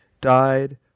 died